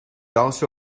also